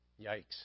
yikes